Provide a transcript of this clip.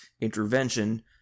intervention